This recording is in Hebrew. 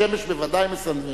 השמש בוודאי מסנוורת,